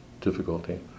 difficulty